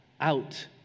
out